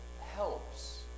helps